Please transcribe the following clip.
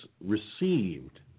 received